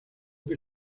que